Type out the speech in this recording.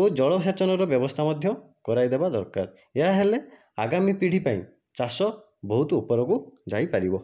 ଓ ଜଳ ସେଚନର ବ୍ୟବସ୍ଥା ମଧ୍ୟ କରାଇ ଦେବା ଦରକାର ଏହା ହେଲେ ଆଗମୀ ପୀଢ଼ି ପାଇଁ ଚାଷ ବହୁତ ଉପରକୁ ଯାଇ ପାରିବ